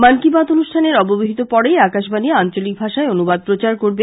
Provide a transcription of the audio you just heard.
মন কী বাত অনুষ্ঠানের অব্যবহিত পরেই আকাশবাণি আঞ্চলিক ভাষায় অনুবাদ প্রচার করবে